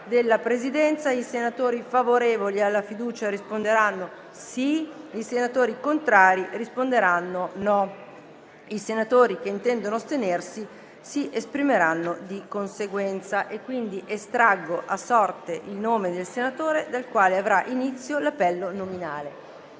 della Presidenza. I senatori favorevoli alla fiducia risponderanno sì; i senatori contrari risponderanno no; i senatori che intendono astenersi si esprimeranno di conseguenza. Estraggo ora a sorte il nome del senatore dal quale avrà inizio l'appello nominale.